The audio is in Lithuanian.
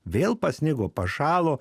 vėl pasnigo pašalo